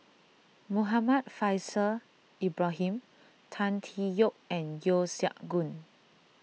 Muhammad Faishal Ibrahim Tan Tee Yoke and Yeo Siak Goon